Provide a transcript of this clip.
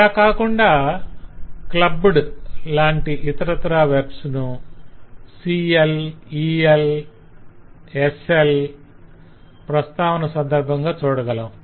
అలాకాకుండా 'clubbed' లాంటి ఇతరత్రా verbs ను 'CL' 'EL' 'SL' ప్రస్తావన సందర్భంగా చూడగలం